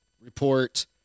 report